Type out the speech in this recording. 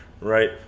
right